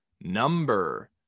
number